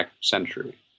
century